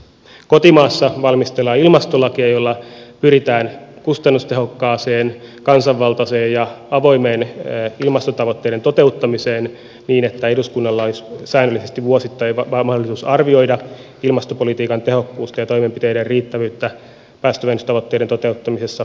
kotimaassa valmistellaan ilmastolakia jolla pyritään kustannustehokkaaseen kansanvaltaiseen ja avoimeen ilmastotavoitteiden toteuttamiseen niin että eduskunnalla olisi säännöllisesti vuosittain mahdollisuus arvioida ilmastopolitiikan tehokkuutta ja toimenpiteiden riittävyyttä päästövähennystavoitteiden toteuttamisessa